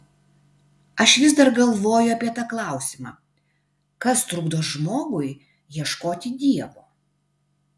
aš vis dar galvoju apie tą klausimą kas trukdo žmogui ieškoti dievo